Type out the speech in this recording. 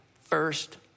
first